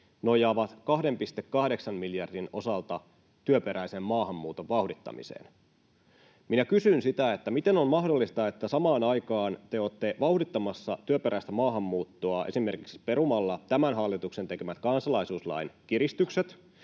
nojaavat 2,8 miljardin osalta työperäisen maahanmuuton vauhdittamiseen. Kysyn, miten on mahdollista, että samaan aikaan te olette vauhdittamassa työperäistä maahanmuuttoa esimerkiksi perumalla tämän hallituksen tekemät kansalaisuuslain kiristykset